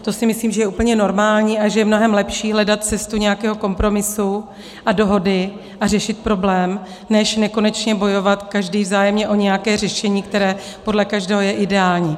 To si myslím, že je úplně normální a že je mnohem lepší hledat cestu nějakého kompromisu a dohody a řešit problém, než nekonečně bojovat každý vzájemně o nějaké řešení, které podle každého je ideální.